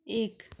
एक